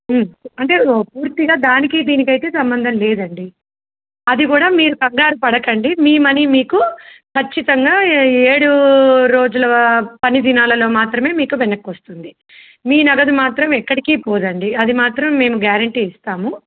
అంటే ఓ పూర్తిగా దానికి దీనికైతే సంబంధం లేదండి అది కూడా మీరు కంగారు పడకండి మీ మనీ మీకు ఖచ్చితంగా ఏడు రోజుల పని దినాలలో మాత్రమే మీకు వెనక్కొస్తుంది మీ నగదు మాత్రం ఎక్కడికి పోదండి అది మాత్రం మేము గ్యారెంటీ ఇస్తాము